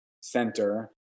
center